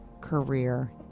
career